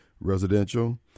residential